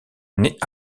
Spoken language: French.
naît